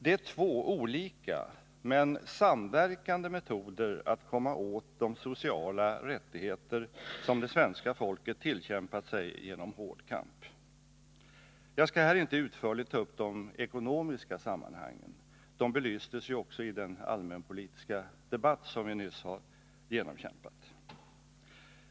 Det är två olika men samverkande metoder att komma åt de sociala rättigheter som det svenska folket tillkämpat sig genom hård kamp. Jag skall här inte utförligt ta upp de ekonomiska sammanhangen. De belystes också i den allmänpolitiska debatten, som vi nyss har genomkämpat.